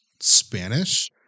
Spanish –